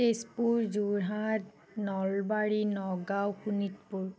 Tezpur Jorhat Nalbari Nagaon Sonitpur